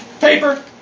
Paper